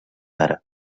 ara